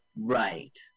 Right